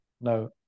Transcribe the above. No